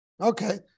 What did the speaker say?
Okay